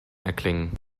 erklingen